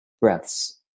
breaths